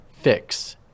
fix